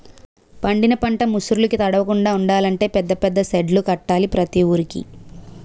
పండిన పంట ముసుర్లుకి తడవకుండలంటే పెద్ద పెద్ద సెడ్డులు కట్టాల ప్రతి వూరికి